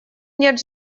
нет